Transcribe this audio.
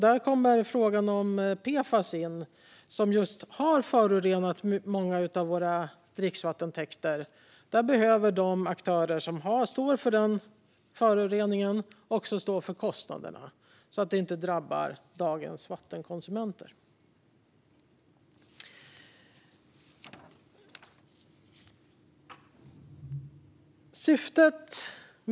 Där kommer frågan om PFAS in - PFAS har förorenat många av våra dricksvattentäkter. De aktörer som står för den föroreningen måste också stå för kostnaderna så att det inte drabbar dagens vattenkonsumenter.